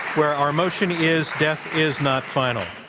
where our motion is death is not final.